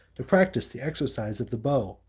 to practise the exercise of the bow,